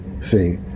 See